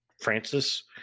francis